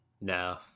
No